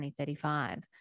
2035